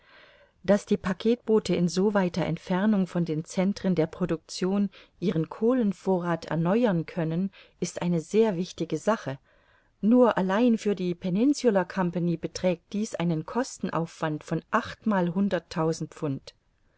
daß die packetboote in so weiter entfernung von den centren der production ihren kohlenvorrath erneuern können ist eine sehr wichtige sache nur allein für die peninsularcompagnie beträgt dies einen kostenaufwand von achtmalhunderttausend pfund